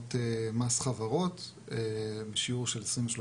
משלמות מס חברות בשיעור של 23%,